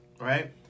Right